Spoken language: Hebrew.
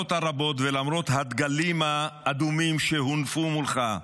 האזהרות הרבות ולמרות הדגלים האדומים שהונפו מולך,